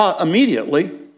immediately